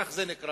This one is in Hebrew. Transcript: כך זה נקרא,